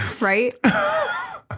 Right